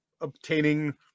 obtaining